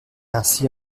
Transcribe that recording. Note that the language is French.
ainsi